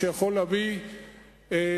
שיכול להביא למערכת,